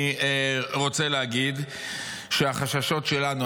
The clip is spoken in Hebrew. אני רוצה להגיד שהחששות שלנו,